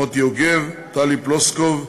מוטי יוגב, טלי פלוסקוב,